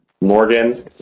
Morgan